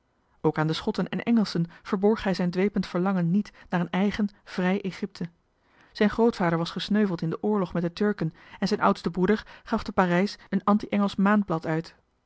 ook aan de schotten en engelschen verborg hij zijn dwepend verlangen niet naar een eigen vrij egypte zijn grootvader was gesneuveld in den oorlog met de turken en zijn oudste broeder gaf te parijs een anti engelsch maandblad uit